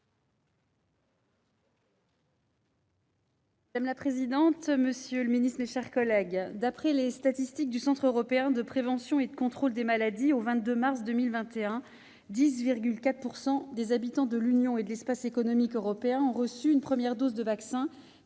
Madame la présidente, monsieur le secrétaire d'État, mes chers collègues, d'après les statistiques du Centre européen de prévention et de contrôle des maladies, 10,4 % des habitants de l'Union et de l'Espace économique européen avaient reçu une première dose de vaccin